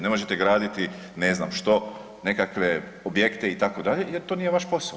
Ne možete graditi ne znam što, nekakve objekte, itd., jer to nije vaš posao.